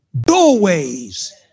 doorways